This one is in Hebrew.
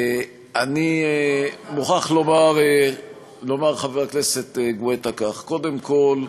אני מוכרח לומר, חבר הכנסת גואטה, כך: קודם כול,